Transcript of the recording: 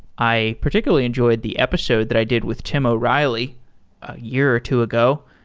i particularly enjoyed the episode that i did with tim o'reilly a year or two ago,